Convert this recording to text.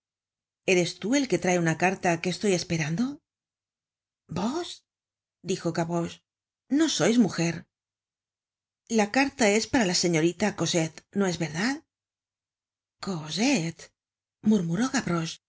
eres tú el que trae una carta que estoy esperando vos dijo gavroche no sois mujer la carta es para la señorita cosette no es verdad